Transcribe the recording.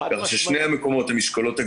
חד-משמעית.